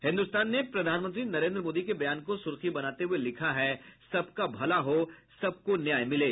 हिन्दुस्तान ने प्रधानमंत्री नरेन्द्र मोदी के बयान को सुर्खी बनाते हुये लिखा है सबका भला हो सबको न्याय मिले